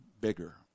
bigger